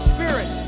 Spirit